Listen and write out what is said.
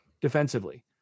defensively